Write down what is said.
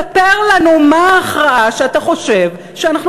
ספר לנו מה ההכרעה שאתה חושב שאנחנו